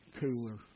cooler